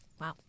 Wow